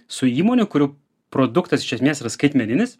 su įmonių kurių produktas iš esmės yra skaitmeninis